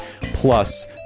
plus